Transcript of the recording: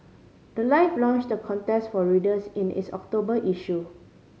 the life launched the contest for readers in its October issue